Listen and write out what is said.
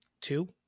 Two